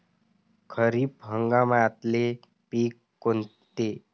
खरीप हंगामातले पिकं कोनते?